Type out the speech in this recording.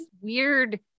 weird